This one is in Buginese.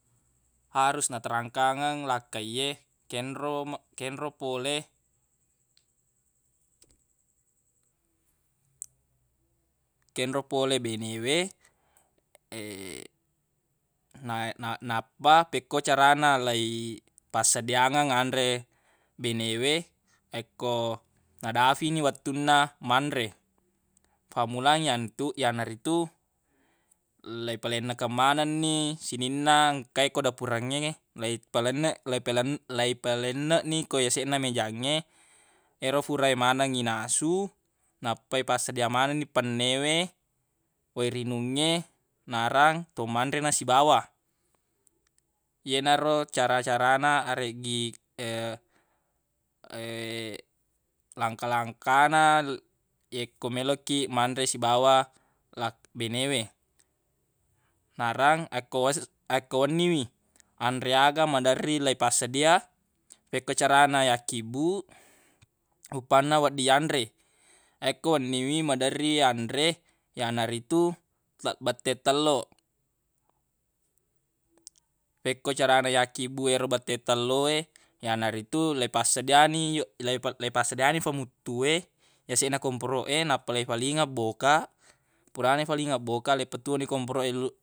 Harus natarangkangeng lakkaiye kenro me- kenro pole kenro pole bene we na- nappa fekko carana leipassediangeng anre bene we ekko nadafini wettunna manre fammulang yantu- yanaritu leipalennekeng manenni sininna engka e ko dapurengnge leipalenneq leipalenneq leipalenneq ni ko yaseq na mejangnge yero fura e maneng inasu nappa ipassedia manenni penne we wai rinungnge narang to manre na sibawa yenaro cara-carana areggi langka-langkana le- yakko meloq kiq manre sibawa lak- bene we narang akko was- akko wenni wi anre aga maderri leipassedia fekko carana yakkibbuq uppanna wedding yanre yekko wenni wi maderri yanre yanaritu ta bette telloq fekko carana yakkebbuq yero bette tello we yanaritu leipassedia ni yo- leipassedia ni famuttu we yaseq na komporoq e nappa leifalingeng boka purana leifalingeng boka leipatuwo ni komporoq e.